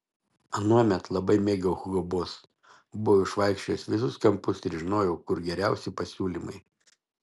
anuomet labai mėgau hugo boss buvau išvaikščiojęs visus kampus ir žinojau kur geriausi pasiūlymai